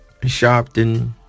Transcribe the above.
Sharpton